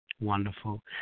Wonderful